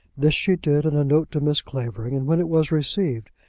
this she did in a note to mrs. clavering and when it was received,